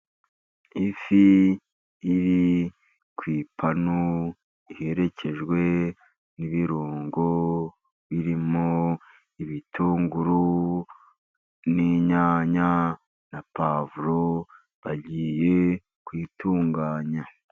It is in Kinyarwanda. Ifi iri ku ipanu iherekejwe n'ibirungo birimo ibitunguru, n'inyanya, na puwavuro bagiye kuyitunganya.